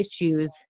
issues